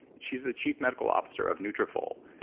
she's the chief medical officer of nutrafol,